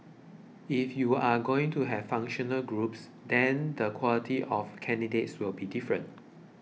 if you're going to have functional groups then the quality of candidates will be different